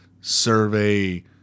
survey